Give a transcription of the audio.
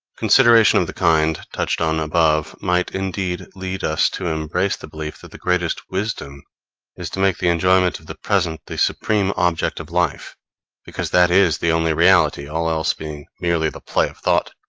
consideration of the kind, touched on above, might, indeed, lead us to embrace the belief that the greatest wisdom is to make the enjoyment of the present the supreme object of life because that is the only reality, all else being merely the play of thought.